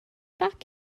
back